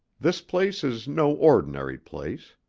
this place is no ordinary place.